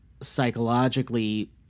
psychologically